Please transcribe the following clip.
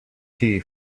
tea